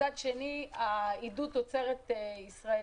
מצד שני עידוד תוצרת ישראלית.